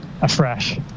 afresh